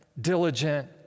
diligent